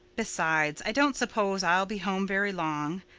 besides, i don't suppose i'll be home very long.